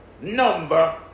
number